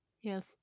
yes